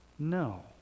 No